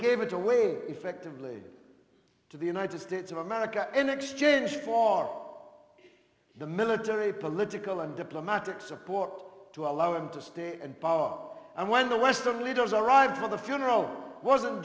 gave it away effectively to the united states of america in exchange for the military political and diplomatic support to allow him to stay in power and when the western leaders arrived for the funeral wasn't